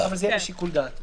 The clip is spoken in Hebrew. אבל זה יהיה השיקול דעת.